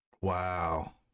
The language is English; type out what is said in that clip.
Wow